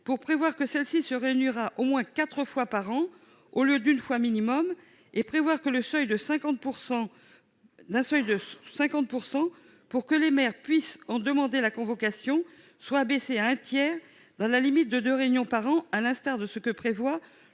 métropolitaine. Celle-ci se réunirait au moins quatre fois par an, au lieu d'une fois au minimum, et le seuil de 50 % pour que les maires puissent en demander la convocation serait abaissé à 33 %, dans la limite de deux réunions par an, à l'instar de ce que prévoit